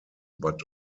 but